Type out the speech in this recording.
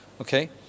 okay